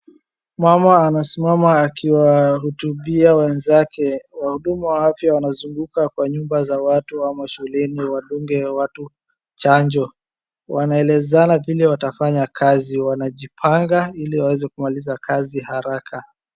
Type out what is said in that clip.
Mama anasimama akiwahutubia wenzake. Wahudumu wa afya wanazunguka kwa nyumba za watu ama shuleni wadunge watu chanjo. Wanaelezana vile watafanya kazi. Wanajipanga ili waweze kumaliza kazi haraka.